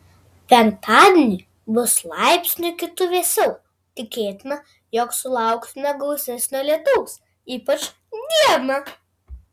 penktadienį bus laipsniu kitu vėsiau tikėtina jog sulauksime gausesnio lietaus ypač dieną